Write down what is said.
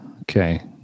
Okay